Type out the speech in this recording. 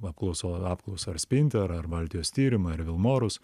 apklauso apklausą ar spinter ar baltijos tyrimai ar vilmorus